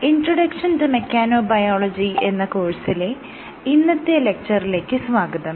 'introduction to mechanobiology' എന്ന കോഴ്സിലെ ഇന്നത്തെ ലെക്ച്ചറിലേക്ക് സ്വാഗതം